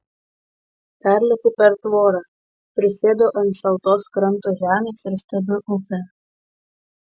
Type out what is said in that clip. perlipu per tvorą prisėdu ant šaltos kranto žemės ir stebiu upę